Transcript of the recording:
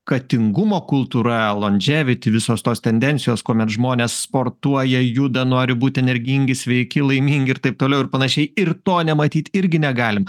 katingumo kultūra londževiti visos tos tendencijos kuomet žmonės sportuoja juda nori būt energingi sveiki laimingi ir taip toliau ir panašiai ir to nematyt irgi negalim